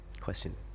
question